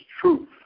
truth